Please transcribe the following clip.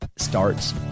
Starts